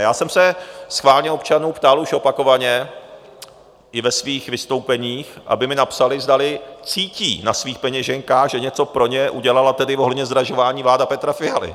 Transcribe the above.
Já jsem se schválně občanů ptal už opakovaně i ve svých vystoupeních, aby mi napsali, zdali cítí na svých peněženkách, že něco pro ně udělala ohledně zdražování vláda Petra Fialy.